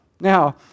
Now